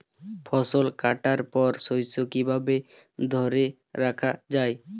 ফসল কাটার পর শস্য কিভাবে ধরে রাখা য়ায়?